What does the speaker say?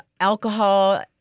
alcohol